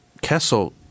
kessel